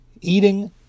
eating